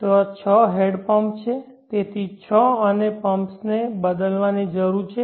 ત્યાં 6 hand pump છે તેથી 6 અને પમ્પ્સને બદલવાની જરૂર છે